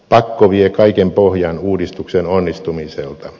pakko vie kaiken pohjan uudistuksen onnistumiselta